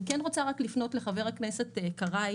אני רוצה לפנות לחבר הכנסת קרעי